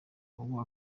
ubu